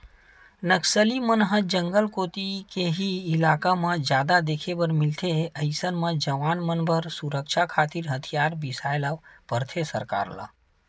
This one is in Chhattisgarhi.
नक्सली मन ह जंगल कोती के ही इलाका म जादा देखे बर मिलथे अइसन म जवान मन बर सुरक्छा खातिर हथियार बिसाय ल परथे सरकार ल